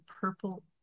purple